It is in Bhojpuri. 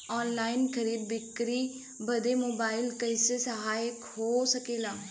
ऑनलाइन खरीद बिक्री बदे मोबाइल कइसे सहायक हो सकेला?